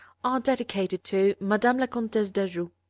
are dedicated to madame la comtesse d'agoult.